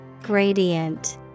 Gradient